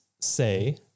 say